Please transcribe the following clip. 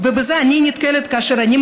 חמש דקות תמימות,